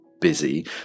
busy